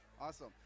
Awesome